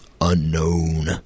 unknown